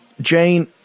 Jane